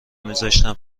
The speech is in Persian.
میذاشتم